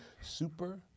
super